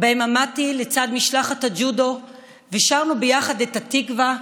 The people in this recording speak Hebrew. שבהם עמדתי לצד משלחת הג'ודו ושרנו ביחד את התקווה,